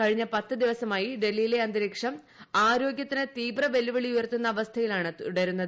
കഴിഞ്ഞ പത്ത് ദിവസമായി ഡൽഹിയിലെ അന്തരീക്ഷം ആരോഗ്യത്തിന് തീവ്ര വെല്ലുവിളി ഉയർത്തുന്ന അവസ്ഥയിലാണ് തുടരുന്നത്